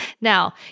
Now